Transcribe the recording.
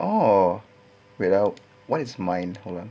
orh without what is mine hold on